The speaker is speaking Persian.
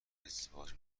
ازدواج